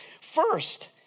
First